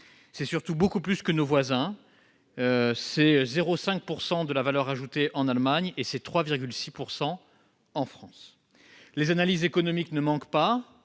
C'est surtout beaucoup plus que nos voisins : 0,5 % de la valeur ajoutée en Allemagne, contre 3,6 % en France. Les analyses économiques ne manquent pas